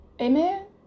Amen